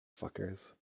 Fuckers